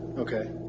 okay.